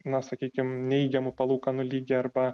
na sakykim neigiamų palūkanų lygį arba